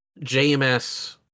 JMS